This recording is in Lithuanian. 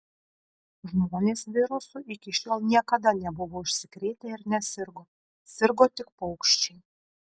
žmonės virusu iki šiol niekada nebuvo užsikrėtę ir nesirgo sirgo tik paukščiai